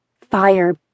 Fire